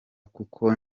kuko